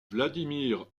vladimir